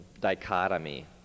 dichotomy